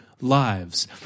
lives